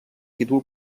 situa